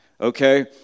Okay